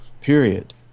period